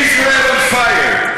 Israel on fire.